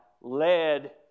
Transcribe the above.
led